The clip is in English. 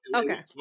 okay